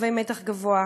קווי מתח גבוה,